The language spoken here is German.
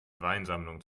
weinsammlung